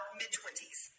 mid-twenties